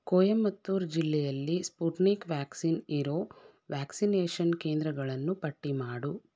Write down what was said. ಕೊಯಮತ್ತೂರ್ ಜಿಲ್ಲೆಯಲ್ಲಿ Sputnik vaccine ಇರೋ vaccination ಕೇಂದ್ರಗಳನ್ನು ಪಟ್ಟಿ ಮಾಡು